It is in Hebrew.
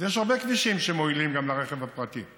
אז יש הרבה כבישים שמועילים גם לרכב הפרטי,